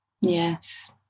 Yes